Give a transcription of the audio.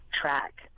track